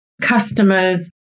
customers